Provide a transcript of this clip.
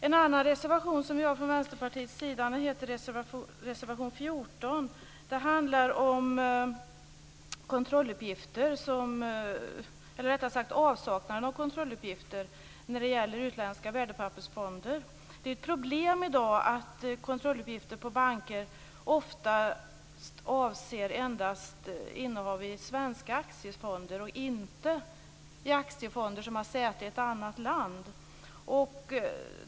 En annan reservation från Vänsterpartiets sida är nr 14 om avsaknaden av kontrolluppgifter när det gäller utländska värdepappersfonder. Det är i dag ett problem att kontrolluppgifter på banker oftast avser innehav endast i svenska aktiefonder, inte i aktiefonder som har säte i ett annat land.